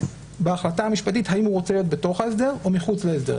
בהחלטה המשפטית האם הוא רוצה להיות בתוך ההסדר או מחוץ להסדר,